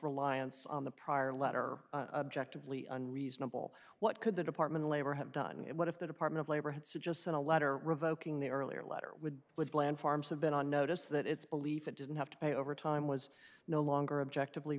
reliance on the prior letter objective li unreasonable what could the department of labor have done and what if the department of labor had suggested a letter revoking the earlier letter would woodland farms have been on notice that its belief it didn't have to pay overtime was no longer objective lee